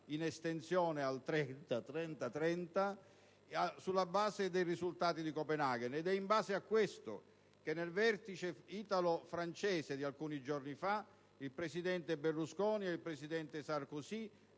un'estensione al 30-30-30, sulla base dei risultati di Copenaghen. È in base a questo che, nel Vertice italo-francese di alcuni giorni fa, il presidente Berlusconi e il presidente Sarkozy